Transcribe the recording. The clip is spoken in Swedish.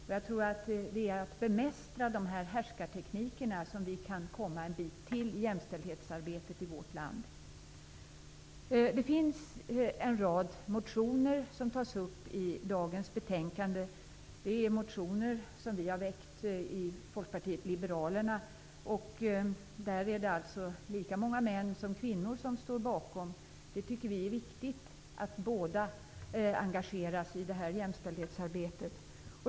Det är genom att bemästra dessa fem härskartekniker som vi kan komma en bit på väg i jämställdhetsarbetet i vårt land. Det finns en rad motioner som tas upp i dagens betänkande. Det är bl.a. motioner som har väckts av ledamöter från Folkpartiet liberalerna. Vi är lika många män som kvinnor som står bakom dessa motioner. Vi tycker att det är viktigt att båda könen engageras i jämställdhetsarbetet.